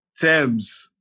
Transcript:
Thames